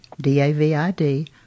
D-A-V-I-D